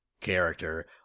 character